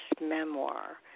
memoir